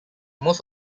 most